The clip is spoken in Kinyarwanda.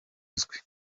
uzwi